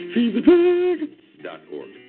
Feedthepig.org